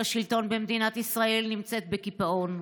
השלטון במדינת ישראל נמצאת בקיפאון,